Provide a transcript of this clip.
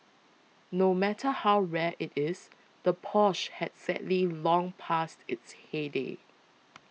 no matter how rare it is the Porsche has sadly long passed its heyday